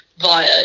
via